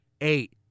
eight